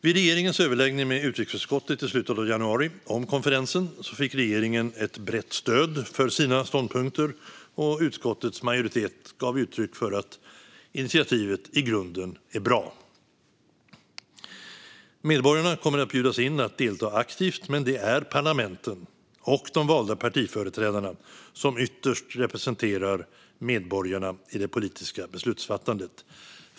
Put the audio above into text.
Vid regeringens överläggning med utrikesutskottet i slutet av januari om konferensen fick regeringen ett brett stöd för sina ståndpunkter, och utskottets majoritet gav uttryck för att initiativet i grunden är bra. Medborgarna kommer att bjudas in att delta aktivt, men det är parlamenten och de valda partiföreträdarna som ytterst representerar medborgarna i det politiska beslutsfattandet.